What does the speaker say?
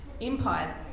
empires